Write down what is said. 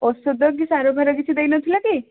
ଔଷଧ କି ସାର ଫାର କିଛି ଦେଇନଥିଲ କି